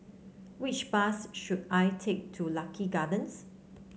which bus should I take to Lucky Gardens